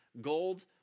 gold